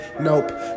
nope